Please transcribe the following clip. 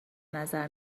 نظر